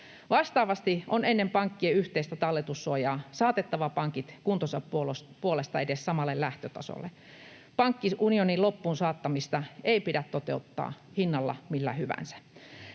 Vastaavasti on ennen pankkien yhteistä talletussuojaa saatettava pankit kuntonsa puolesta edes samalle lähtötasolle. Pankkiunionin loppuun saattamista ei pidä toteuttaa hinnalla millä hyvänsä.